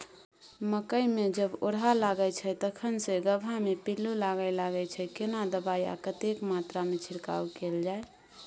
मकई मे जब ओरहा होबय लागय छै तखन से गबहा मे पिल्लू लागय लागय छै, केना दबाय आ कतेक मात्रा मे छिरकाव कैल जाय?